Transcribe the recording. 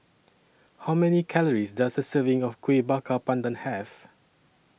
How Many Calories Does A Serving of Kueh Bakar Pandan Have